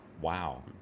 Wow